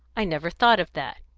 i never thought of that.